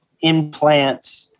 implants